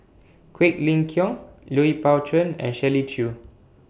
Quek Ling Kiong Lui Pao Chuen and Shirley Chew